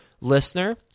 listener